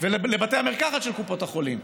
ולבתי המרקחת של קופות החולים.